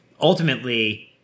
ultimately